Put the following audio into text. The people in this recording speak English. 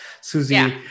Susie